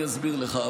אני אסביר לך.